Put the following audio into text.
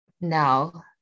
now